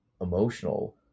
emotional